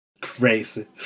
Crazy